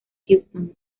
houston